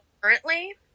Currently